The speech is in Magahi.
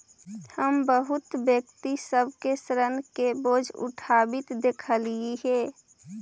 हम बहुत व्यक्ति सब के ऋण के बोझ उठाबित देखलियई हे